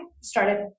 started